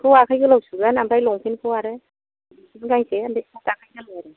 shirt खौ आखाइ गोलाव सुगोन ओमफ्राय लंपेन्ट खौ आरो गांसे ओमफ्राय सार्ट आखाइ गोलाव आरो